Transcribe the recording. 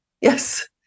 Yes